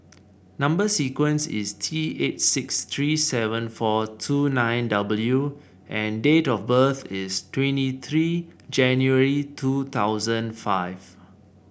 number sequence is T eight six three seven four two nine W and date of birth is twenty three January two thousand five